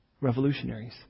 Revolutionaries